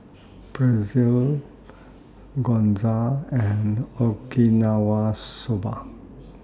Pretzel Gyoza and Okinawa Soba